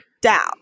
down